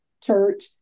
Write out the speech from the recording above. church